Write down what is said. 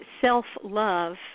self-love